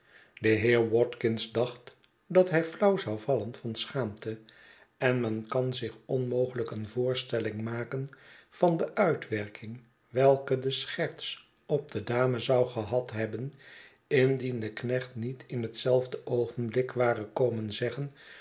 de heer watkins dacht dat hij flauw zou vallen van schaamte en men kan zich onmogelijk een voorstelling maken van de uitwerking welke de scherts op de dame zou gehad hebben indien de knecht niet in hetzelfde oogenblik ware komen zeggen